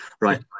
right